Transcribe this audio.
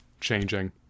changing